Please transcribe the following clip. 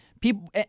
people